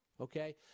okay